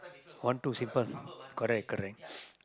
one two simple correct correct